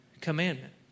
commandment